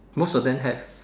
most of them have